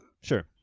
sure